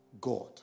God